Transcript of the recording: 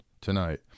tonight